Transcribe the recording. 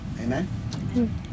Amen